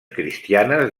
cristianes